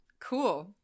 Cool